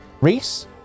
reese